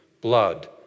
blood